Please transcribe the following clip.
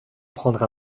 prendre